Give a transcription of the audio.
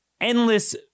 endless